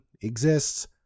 exists